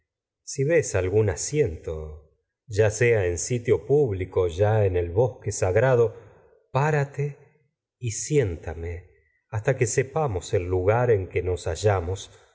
si ves algún asiento ya sea en sitio público hasta el bosque sagrado párate y siéntame que sepamos el lugar en que nos